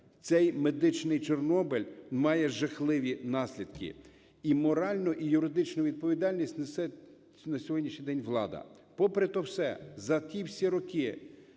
цей "медичний Чорнобиль" має жахливі наслідки. І моральну, і юридичну відповідальність несе на сьогоднішній день влада. Попри те все, за ті всі роки,